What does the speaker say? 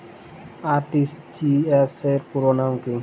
RTGS র পুরো নাম কি?